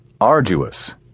Arduous